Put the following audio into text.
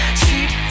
cheap